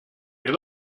wir